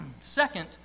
Second